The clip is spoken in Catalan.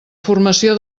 formació